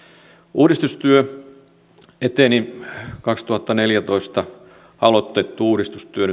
uudistustyö eteni vuonna kaksituhattaneljätoista aloitettu uudistustyö